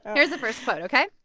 here's the first quote, ok?